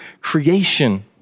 creation